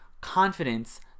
confidence